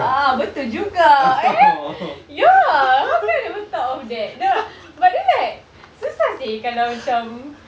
ah betul juga eh ya how come I never thought of that no but then like susah seh kalau macam